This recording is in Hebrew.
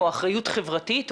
או אחריות חברתית,